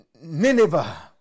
Nineveh